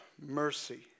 mercy